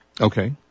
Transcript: Okay